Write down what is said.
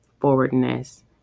forwardness